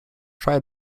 try